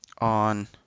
on